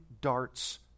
darts